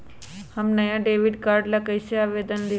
हम नया debit card ला कईसे आवेदन दिउ?